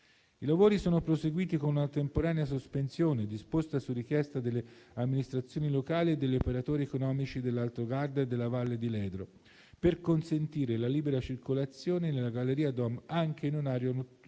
I lavori sono proseguiti con una temporanea sospensione, disposta su richiesta delle amministrazioni locali e degli operatori economici dell'Alto Garda e della Val di Ledro, per consentire la libera circolazione nella galleria Dom anche in orario notturno